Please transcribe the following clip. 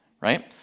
right